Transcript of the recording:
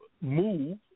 move